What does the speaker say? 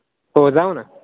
हो जाऊ ना